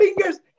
fingers